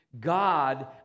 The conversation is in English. God